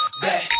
Back